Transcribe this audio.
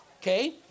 Okay